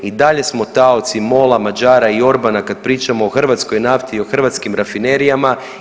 I dalje smo taoci MOL-a, Mađara i Orbana kad pričamo o hrvatskoj nafti i o hrvatskim rafinerijama.